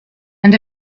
and